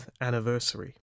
anniversary